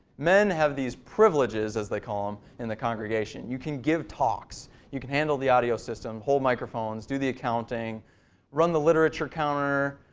men have these privileges, as they call them, um in the congregation. you can give talks you can handle the audio systems, hold microphones, do the accounting run the literature counter,